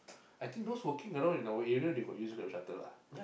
I think those working around in our area they got use Grab Shuttle lah